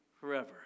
forever